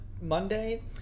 Monday